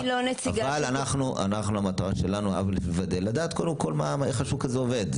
אבל המטרה שלנו היא לדעת איך השוק הזה עובד.